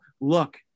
look